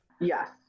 Yes